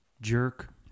Jerk